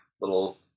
Little